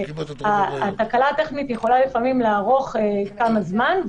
התקלה הטכנית יכולה לפעמים לארוך כמה זמן,